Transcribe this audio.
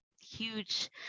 huge